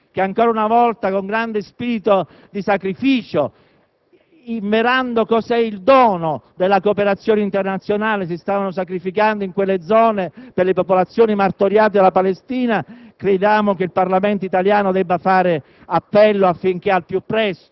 credo che anche rispetto ai nostri due cooperanti, che ancora una volta con grande spirito di sacrificio, inverando cos'è il dono della cooperazione internazionale, si stavano sacrificando in quelle zone per le popolazioni martoriate della Palestina,